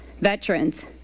veterans